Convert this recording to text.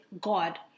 God